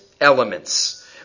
elements